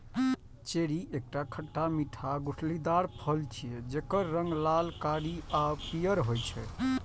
cherry एकटा खट्टा मीठा गुठलीदार फल छियै, जेकर रंग लाल, कारी आ पीयर होइ छै